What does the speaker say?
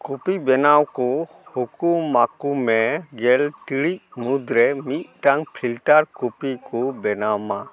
coffee ᱵᱮᱱᱟᱣ ᱠᱚ ᱦᱩᱠᱩᱢ ᱟᱠᱚᱢᱮ ᱜᱮᱞ ᱴᱤᱲᱤᱡ ᱢᱩᱫᱽᱨᱮ ᱢᱤᱫᱴᱟᱝ ᱯᱷᱤᱞᱴᱟᱨ ᱠᱚᱯᱷᱤ ᱠᱚ ᱵᱮᱱᱟᱣᱢᱟ